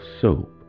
soap